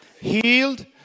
healed